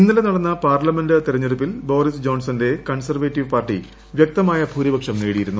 ഇന്നലെ നടന്ന പാർലമെന്റ് തെരഞ്ഞെടുപ്പിൽ്ട് ബോറിസ് ജോൺസന്റെ കൺസർവേറ്റീവ് പാർട്ടി വ്യക്തമായ ഭൂരിപ്ടിക്ഷം നേടിയിരുന്നു